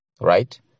right